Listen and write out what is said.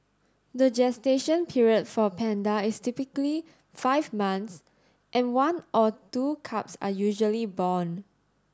the gestation period for a panda is typically five months and one or two cubs are usually born